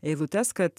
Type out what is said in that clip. eilutes kad